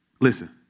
Listen